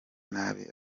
nabi